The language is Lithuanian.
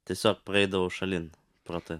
tiesiog praeidavau šalin pro tą